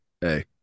hey